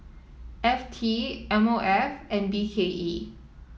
F T M O F and B K E